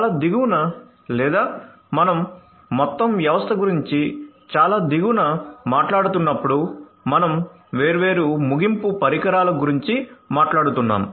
చాలా దిగువన లేదా మనం మొత్తం వ్యవస్థ గురించి చాలా దిగువన మాట్లాడుతున్నప్పుడు మనం వేర్వేరు ముగింపు పరికరాల గురించి మాట్లాడుతున్నాం